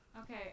Okay